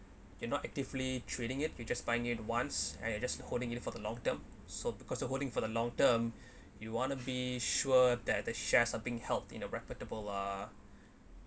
you're not actively trading it you just buying it once and you just holding it for the long term so because of holding for the long term you wanna be sure that the shares are being held in a reputable uh